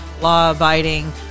law-abiding